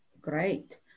great